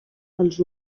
els